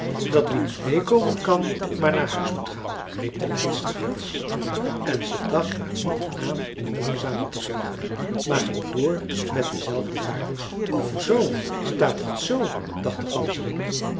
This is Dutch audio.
dat wie niet meêkomen kan maar naar huis moet gaan riep de leidster gans en ze dacht er niet aan om langzamer te vliegen maar ging door met dezelfde vaart o zoo staat het zoo dacht de